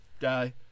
guy